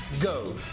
go